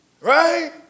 Right